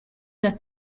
that